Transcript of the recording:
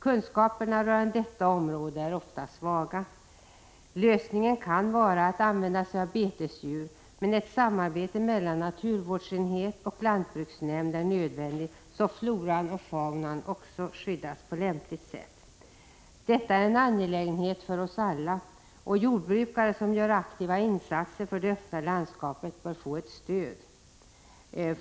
Kunskaperna rörande detta område är ofta svaga. Lösningen kan vara att använda sig av betesdjur, men ett samarbete mellan naturvårdsenhet och lantbruksnämnd är nödvändigt, så att floran och faunan också skyddas på lämpligt sätt. Detta är en angelägenhet för oss alla, och jordbrukare som gör aktiva insatser för det öppna landskapet bör få ett stöd.